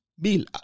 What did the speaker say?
Bill